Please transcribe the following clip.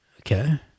Okay